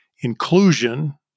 inclusion